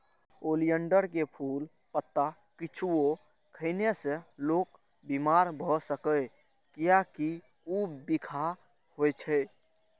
oleander के फूल, पत्ता किछुओ खेने से लोक बीमार भए सकैए, कियैकि ऊ बिखाह होइ छै